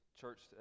church